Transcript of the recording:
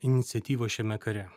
iniciatyvą šiame kare